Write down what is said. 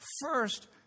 First